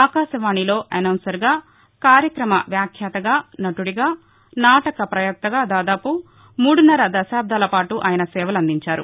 ఆకాశవాణిలో అనౌన్సర్గా కార్యక్రమ వ్యాఖ్యాతగా నటుడిగా నాటక పయోక్తగా దాదాపు మూడున్నర దశాబ్దాలపాటు ఆయన సేవలు అందించారు